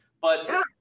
But-